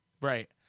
right